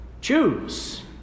Choose